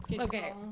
Okay